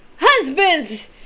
husbands